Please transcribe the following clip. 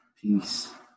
peace